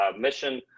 mission